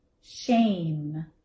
shame